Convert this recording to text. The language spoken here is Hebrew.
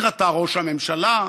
יירתע ראש הממשלה.